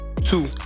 two